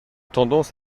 tendance